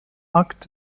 akt